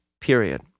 period